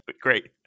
Great